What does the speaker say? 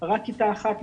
רק כיתה אחת נסגרת.